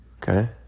Okay